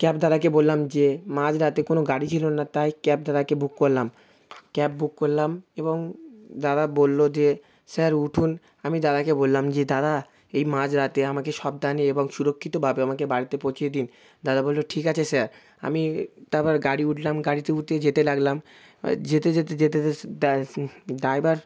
cab দাদাকে বললাম যে মাঝরাতে কোনো গাড়ি ছিলো না তাই ক্যাব দাদাকে বুক করলাম ক্যাব বুক করলাম এবং দাদা বললো যে স্যার উঠুন আমি দাদাকে বললাম যে দাদা এই মাঝরাতে আমাকে সাবধানে এবং সুরক্ষিতভাবে আমকে বাড়িতে পৌঁছিয়ে দিন দাদা বললো ঠিক আছে স্যার আমি তারপর গাড়ি উঠলাম গাড়িতে উঠে যেতে লাগলাম যেতে যেতে যেতে যেতে ড্রাইভার